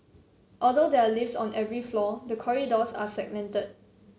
although there are lifts on every floor the corridors are segmented